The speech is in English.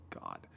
God